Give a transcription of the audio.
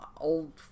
old